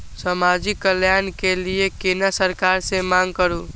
समाजिक कल्याण के लीऐ केना सरकार से मांग करु?